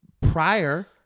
prior